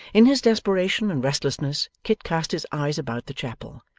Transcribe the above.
in his desperation and restlessness kit cast his eyes about the chapel,